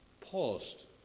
paused